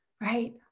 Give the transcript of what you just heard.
right